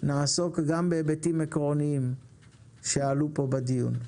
נעסוק גם בהיבטים עקרוניים שעלו פה בדיון.